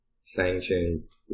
sanctions